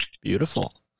Beautiful